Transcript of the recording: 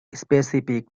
specific